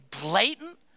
blatant